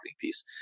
piece